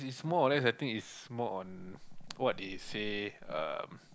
more or less I think it's more on what they say um